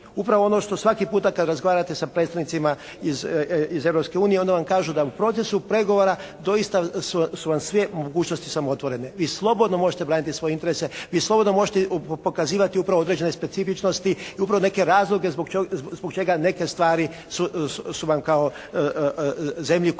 Upravo ono što svaki puta kada razgovarate sa predstavnicima iz Europske unije, onda vam kažu da u procesu pregovora doista su vam sve mogućnosti samo otvorene. Vi slobodno možete braniti svoje interese, vi slobodno možete pokazivati upravo određene specifičnosti i upravo neke razloge zbog čega neke stvari su vam kao zemlji koja